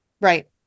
Right